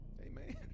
Amen